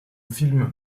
film